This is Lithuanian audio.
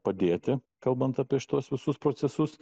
padėti kalbant apie šituos visus procesus